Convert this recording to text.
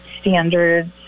standards